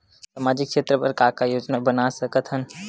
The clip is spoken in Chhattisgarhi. सामाजिक क्षेत्र बर का का योजना बना सकत हन?